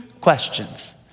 questions